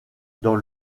dans